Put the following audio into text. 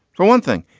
for one thing,